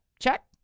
check